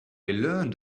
learned